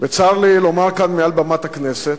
צר לי לומר כאן, מעל במת הכנסת,